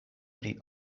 pri